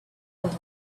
world